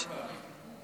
זה לא קרעי.